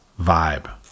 vibe